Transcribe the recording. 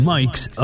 Mike's